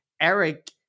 Eric